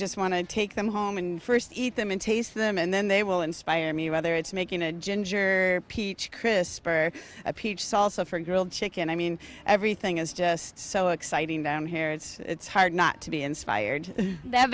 just want to take them home and first eat them in taste them and then they will inspire me whether it's making a ginger peach crisp or a peach salsa for grilled chicken i mean everything is just so exciting down here it's hard not to be inspired that